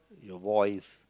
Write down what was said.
your voice